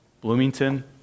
Bloomington